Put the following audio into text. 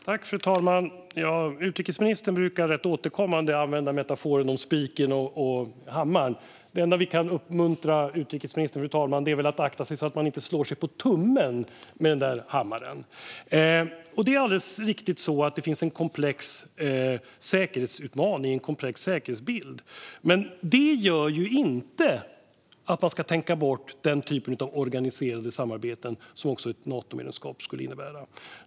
Fru talman! Utrikesministern brukar återkommande använda metaforen om spiken och hammaren. Det enda vi kan uppmuntra utrikesministern till är väl att akta sig så att hon inte slår sig på tummen med hammaren. Det är alldeles riktigt att det finns en komplex säkerhetsutmaning och en komplex säkerhetsbild. Men det gör inte att man ska tänka bort den typ av organiserade samarbeten som ett Natomedlemskap skulle innebära.